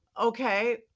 Okay